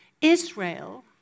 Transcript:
Israel